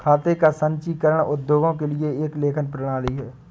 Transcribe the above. खाते का संचीकरण उद्योगों के लिए एक लेखन प्रणाली है